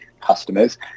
customers